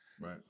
Right